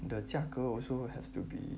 the 价格 also has to be